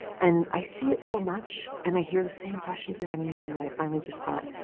and i see it so much and i hear the same questions again and again that i finally just thought,